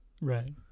right